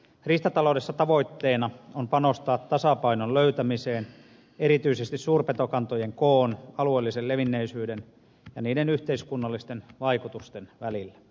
riistataloudessa tavoitteena on panostaa tasapainon löytämiseen erityisesti suurpetokantojen koon alueellisen levinneisyyden ja niiden yhteiskunnallisten vaikutusten välillä